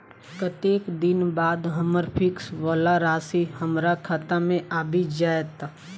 कत्तेक दिनक बाद हम्मर फिक्स वला राशि हमरा खाता मे आबि जैत?